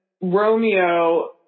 Romeo